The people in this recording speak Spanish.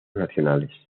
nacionales